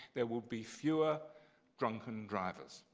there will be fewer drunken drivers?